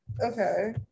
okay